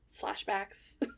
flashbacks